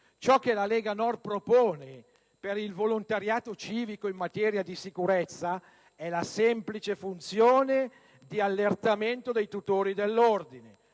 ciò che la Lega Nord propone per il volontariato civico in materia di sicurezza è la semplice funzione di allertamento dei tutori dell'ordine,